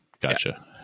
Gotcha